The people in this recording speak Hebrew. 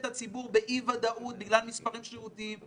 הציבור באי ודאות בגלל מספרים שרירותיים.